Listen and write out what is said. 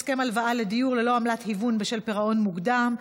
(הסכם הלוואה לדיור ללא עמלת היוון בשל פירעון מוקדם),